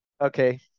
Okay